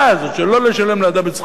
שלא לשלם לאדם את שכרו,